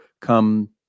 come